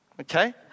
Okay